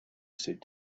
said